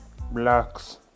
blacks